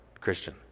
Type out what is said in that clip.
Christian